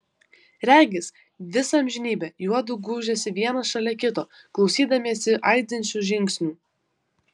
regis visą amžinybę juodu gūžėsi vienas šalia kito klausydamiesi aidinčių žingsnių